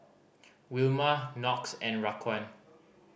Wilma Knox and Raquan